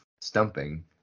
stumping